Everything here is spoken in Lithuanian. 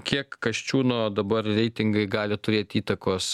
kiek kasčiūno dabar reitingai gali turėt įtakos